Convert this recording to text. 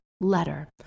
letter